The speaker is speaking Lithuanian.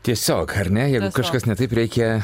tiesiog ar ne jeigu kažkas ne taip reikia